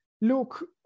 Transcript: look